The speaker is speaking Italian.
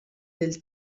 del